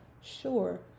sure